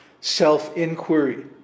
self-inquiry